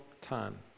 time